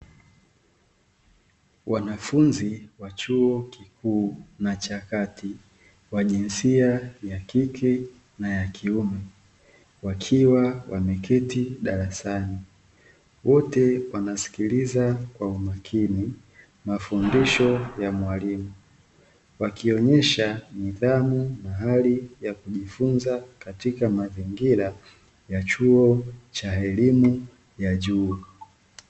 Wanafunzi wa chuo kikuu na cha kati wa jinsia ya kike na ya kiume wakiwa wameketi darasani, wote wanasikiliza kwa umakini mafundisho ya mwalimu, wakionyesha nidhamu na hali ya kujifunza katika mazingira ya chuo cha elimu ya juu.